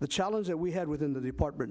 the challenge that we had within the department